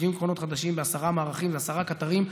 70 קרונות חדשים בעשרה מערכים לעשרה קטרים,